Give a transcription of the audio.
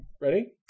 Ready